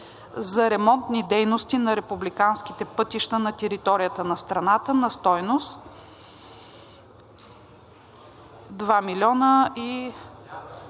за „Ремонтни дейности на републиканските пътища на територията на страната“ на стойност 2 250 000